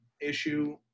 issue